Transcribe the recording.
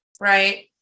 right